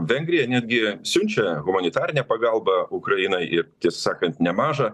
vengrija netgi siunčia humanitarinę pagalbą ukrainai ir tiesą sakant nemažą